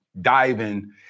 diving